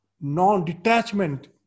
non-detachment